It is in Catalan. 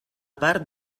part